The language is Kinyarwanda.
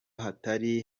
hatari